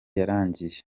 yarangiye